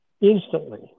instantly